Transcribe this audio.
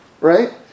right